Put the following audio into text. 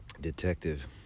detective